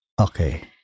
Okay